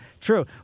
True